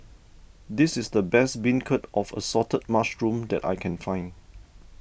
this is the best Beancurd of Assorted Mushrooms that I can find